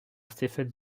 stephen